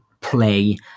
play